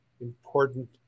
important